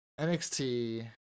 NXT